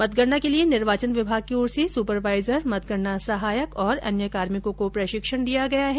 मतगणना के लिए निर्वाचन विभाग की ओर से सुपरवाईजर मतगणना सहायक और अन्य कार्मिकों को प्रशिक्षण दिया गया है